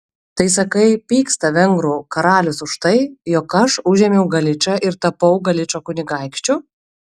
tai sakai pyksta vengrų karalius už tai jog aš užėmiau galičą ir tapau galičo kunigaikščiu